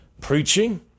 preaching